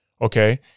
okay